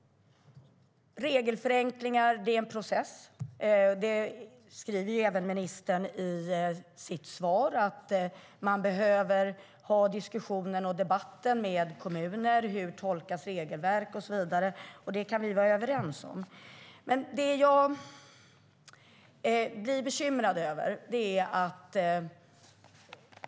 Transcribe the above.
Regelförenklingar är en process. Ministern skriver i sitt svar att man behöver föra diskussioner med kommuner om hur regelverk tolkas och så vidare. Det är vi överens om. Jag blir dock bekymrad.